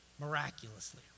miraculously